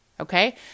Okay